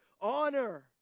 honor